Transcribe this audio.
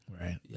Right